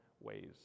ways